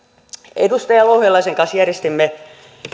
edustaja louhelaisen kanssa järjestimme